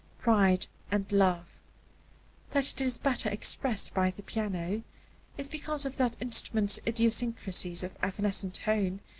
pride and love that it is better expressed by the piano is because of that instrument's idiosyncrasies of evanescent tone,